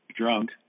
drunk